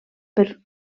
per